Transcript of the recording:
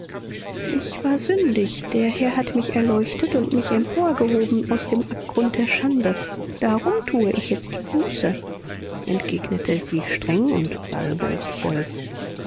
ich war sündig der herr hat mich erleuchtet und mich emporgehoben aus dem abgrund der schande darum tue ich jetzt buße entgegnete sie streng und salbungsvoll